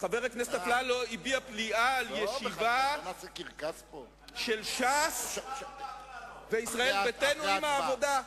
חבר הכנסת אפללו הביע פליאה על הישיבה של ש"ס וישראל ביתנו עם העבודה.